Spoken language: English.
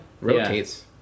Rotates